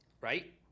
Right